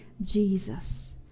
Jesus